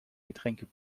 getränke